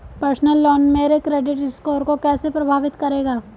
Personal loan मेरे credit score को कैसे प्रभावित करेगा?